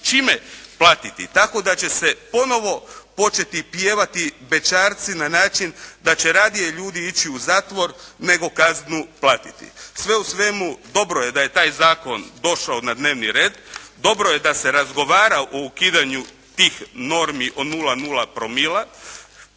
čime platiti tako da će se ponovo početi pjevati bećarci na način da će radije ljudi ići u zatvor nego kaznu platiti. Sve u svemu dobro je da je taj zakon došao na dnevni red. Dobro je da se razgovara o ukidanju tih normi od 0,0 promila.